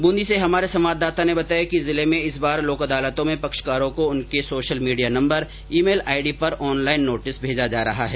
ब्रंदी से हमारे संवाददाता ने बताया कि जिले में इस बार लोक अदालत में पक्षकारो को उनके social media number email ID पर ऑनलाइन नोटिस भेजा जा रहा है